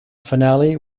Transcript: finale